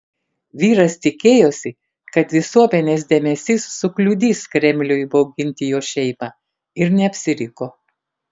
vyras tikėjosi kad visuomenės dėmesys sukliudys kremliui bauginti jo šeimą ir neapsiriko